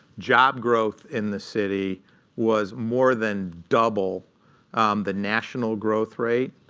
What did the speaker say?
job growth in the city was more than double the national growth rate.